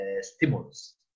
stimulus